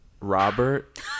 Robert